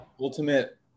ultimate